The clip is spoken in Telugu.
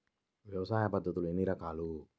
వ్యవసాయ పద్ధతులు ఎన్ని రకాలు?